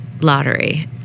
lottery